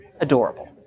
Adorable